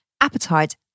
appetite